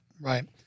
Right